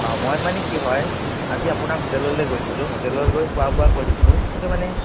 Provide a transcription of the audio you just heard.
অঁ মই মানে কি হয় আজি আপোনাৰ হোটেললৈ গৈছিলোঁ হোটেলত গৈ খোৱা বোৱা কৰিছোঁ কিন্তু মানে